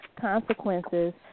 consequences